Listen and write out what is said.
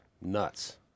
nuts